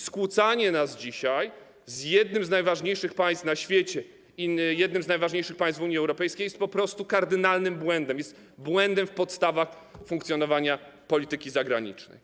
Skłócanie nas dzisiaj z jednym z najważniejszych państw na świecie i jednym z najważniejszych państw Unii Europejskiej jest po prostu kardynalnym błędem, jest błędem w podstawach funkcjonowania polityki zagranicznej.